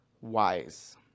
wise